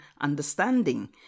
understanding